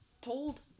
told